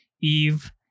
Eve